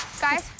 Guys